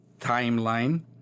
timeline